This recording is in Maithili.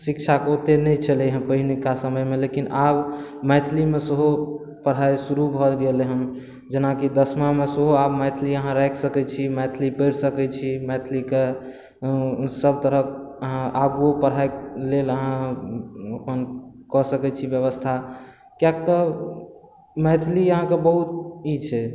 शिक्षा कऽ ओते नहि छलै हँ पहिनका समय मे लेकिन आब मैथिली मे सेहो पढ़ाइ शुरू भऽ गेलै हँ जेनाकि दसमा मे सेहो मैथिली अहाँ राखि सकै छी मैथिली पढ़ि सकै छी मैथिलीके सभ तरहक अहाँ आगू पढ़ाइ लेल अहाँ अपन कऽ सकै छी ब्यबस्था किआकि तऽ मैथिली अहाँके बहुत ई छै